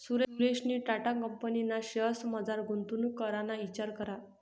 सुरेशनी टाटा कंपनीना शेअर्समझार गुंतवणूक कराना इचार करा